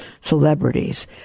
celebrities